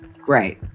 great